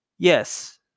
Yes